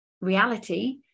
reality